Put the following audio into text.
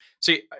see